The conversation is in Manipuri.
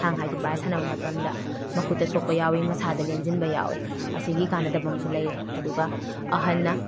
ꯊꯥꯡ ꯍꯥꯏꯗꯣ ꯄꯥꯏꯔ ꯁꯥꯟꯅꯕ ꯃꯇꯝꯗ ꯃꯈꯨꯠꯇ ꯁꯣꯛꯄ ꯌꯥꯎꯋꯤ ꯃꯁꯥꯗ ꯂꯦꯟꯖꯟꯕ ꯌꯥꯎꯋꯤ ꯑꯁꯤꯒꯤ ꯀꯥꯟꯅꯗꯕ ꯑꯝꯁꯨ ꯂꯩꯔꯦ ꯑꯗꯨꯒ ꯑꯍꯟꯅ